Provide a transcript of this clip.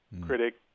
critic